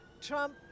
Trump